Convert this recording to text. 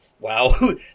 Wow